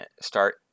start